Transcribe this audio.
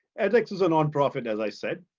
edx is a nonprofit, as i said.